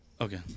Okay